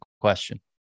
question